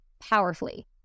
powerfully